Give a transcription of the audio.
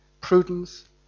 prudence